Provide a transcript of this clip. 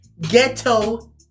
ghetto